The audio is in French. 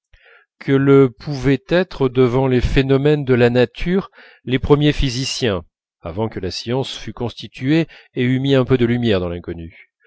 que le pouvaient être devant les phénomènes de la nature les premiers physiciens avant que la science fût constituée et eût mis un peu de lumière dans l'inconnu